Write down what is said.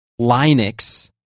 Linux